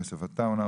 יוסף עטאונה,